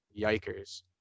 Yikers